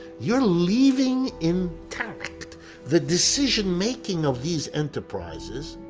you're leaving intact the decision-making of these enterprises,